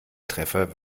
treffer